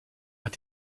hat